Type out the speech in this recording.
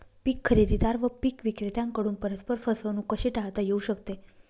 पीक खरेदीदार व पीक विक्रेत्यांकडून परस्पर फसवणूक कशी टाळता येऊ शकते?